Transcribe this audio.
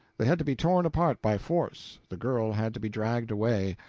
they had to be torn apart by force the girl had to be dragged away,